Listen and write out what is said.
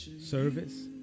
service